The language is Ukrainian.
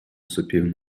сопів